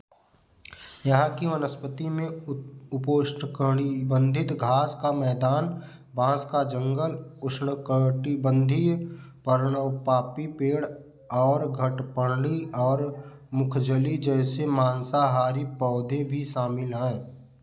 यहाँ की वनस्पति में उत उपोष्णकटबंधीय घास का मैदान बाँस का जंगल उष्णकटिबंधीय पर्णवपापी पेड़ और घटपर्णी और मुखजली जैसे मांसाहारी पौधे भी शामिल हैं